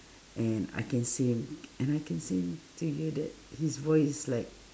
and I can see him and I can see him you know that his voice is like